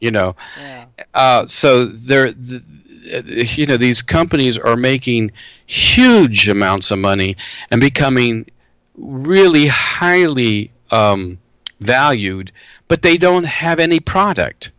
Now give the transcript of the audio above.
you know so they're you know these companies are making huge amounts of money and becoming really highly valued but they don't have any product